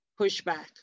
pushback